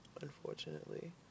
unfortunately